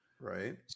Right